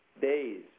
days